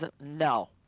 no